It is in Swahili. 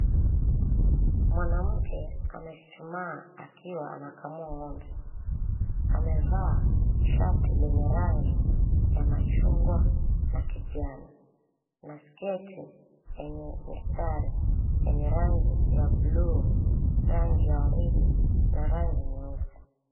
Mwanamke amechuchumaa akiwa anakamua ng'ombe amevaa shati lenye rangi ya machungwa na kijani na sketi yenye mistari yenye rangi ya bluu, rangi ya waridi na rangi nyeusi.